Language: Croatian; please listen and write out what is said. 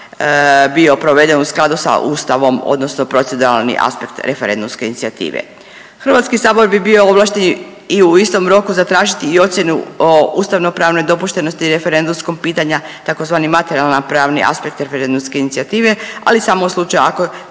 bio proveden u skladu sa Ustavom, odnosno proceduralni aspekt referendumske inicijative. Hrvatski sabor bi bio ovlašten i u istom roku zatražiti i ocjenu o ustavno-pravnoj dopuštenosti referendumskog pitanja, tzv. materijalno-pravni aspekt referendumske inicijative ali samo u slučaju ako